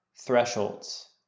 thresholds